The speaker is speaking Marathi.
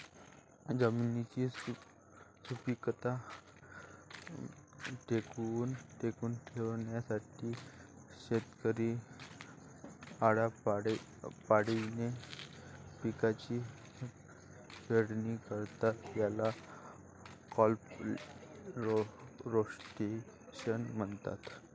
जमिनीची सुपीकता टिकवून ठेवण्यासाठी शेतकरी आळीपाळीने पिकांची पेरणी करतात, याला क्रॉप रोटेशन म्हणतात